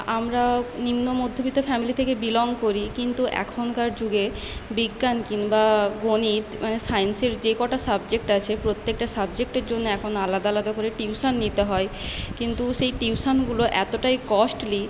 আমরা নিম্নমধ্যবিত্ত ফ্যামিলি থেকে বিলং করি কিন্তু এখনকার যুগে বিজ্ঞান কিংবা গণিত মানে সাইন্সের যে কটা সাবজেক্ট আছে প্রত্যেকটা সাবজেক্টের জন্য এখন আলাদা আলাদা করে টিউশন নিতে হয় কিন্তু সেই টিউশনগুলো এতটাই কস্টলি